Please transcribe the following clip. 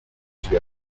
suis